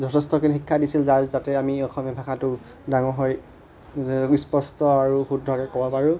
যথেষ্টখিনি শিক্ষা দিছিল যাৰ যাতে আমি অসমীয়া ভাষাটো ডাঙৰ হৈ স্পষ্ট আৰু শুদ্ধকে ক'ব পাৰোঁ